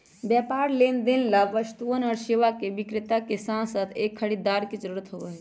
व्यापार लेनदेन ला वस्तुअन और सेवा के विक्रेता के साथसाथ एक खरीदार के जरूरत होबा हई